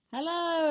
Hello